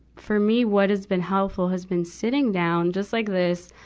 for me, what has been helpful has been sitting down, just like this,